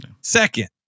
Second